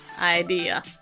idea